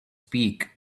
peak